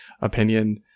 opinion